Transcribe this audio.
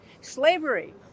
Slavery